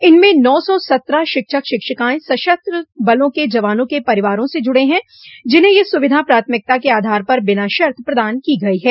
इनमें नौ सौ सत्रह शिक्षक शिक्षिकाएं सशस्त्र बलों के जवानों के परिवारों से जुड़े हैं जिन्हें यह सुविधा प्राथमिकता के आधार पर बिना शर्त प्रदान की गई है